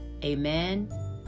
Amen